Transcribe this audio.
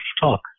talk